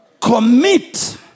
commit